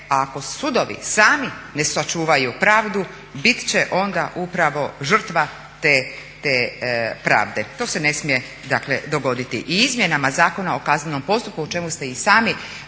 a ako sudovi sami ne sačuvaju pravdu bit će onda upravo žrtva te pravda. To se ne smije dakle dogoditi. I izmjenama Zakona o kaznenom postupku o čemu ste i sami